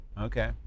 Okay